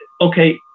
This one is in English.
Okay